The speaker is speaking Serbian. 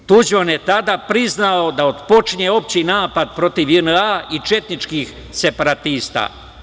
Tuđman je tada priznao da otpočinje opšti napad protiv JNA i četničkih separatista.